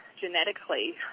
genetically